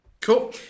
Cool